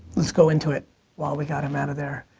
let's go into it while we got em out of there,